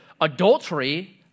adultery